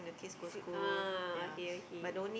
ah okay okay